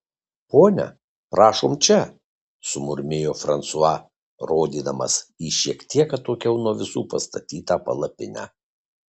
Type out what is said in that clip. ponia prašom čia sumurmėjo fransua rodydamas į šiek tiek atokiau nuo visų pastatytą palapinę